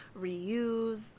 reuse